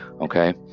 okay